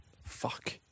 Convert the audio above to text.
Fuck